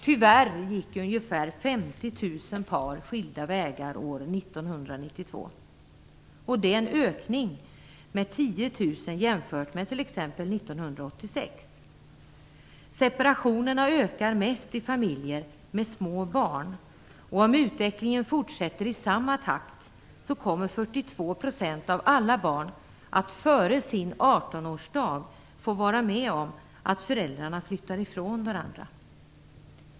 Tyvärr gick ungefär 50 000 par skilda vägar år 1992. Det är en ökning med 10 000 jämfört med 1986. Separationerna ökar mest i familjer med små barn. Om utvecklingen fortsätter i samma takt kommer 42 % av alla barn att före sin 18-årsdag få vara med om att föräldrarna flyttar ifrån varandra.